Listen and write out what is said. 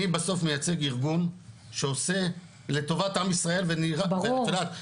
אני בסוף מייצג ארגון שעושה לטובת עם ישראל ואת יודעת,